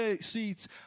seats